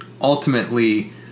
ultimately